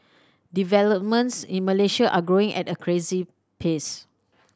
developments in Malaysia are growing at a crazy pace